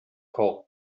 call